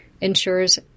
ensures